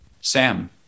Sam